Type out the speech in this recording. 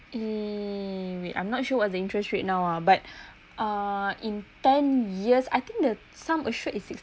um I'm not sure what the interest rate now ah but uh in ten years I think the sum assured is